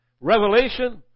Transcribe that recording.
Revelation